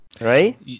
right